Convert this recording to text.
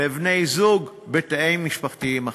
לבני-זוג בתאים משפחתיים אחרים.